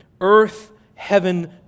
earth-heaven